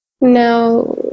Now